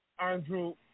Andrew